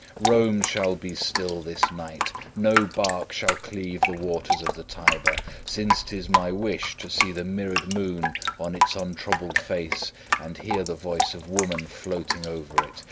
rome shall be still this night no barque shall cleave the waters of the tiber, since tis my wish to see the mirrored moon on its untroubled face and hear the voice of woman floating over it.